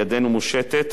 ידנו מושטת.